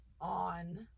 on